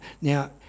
Now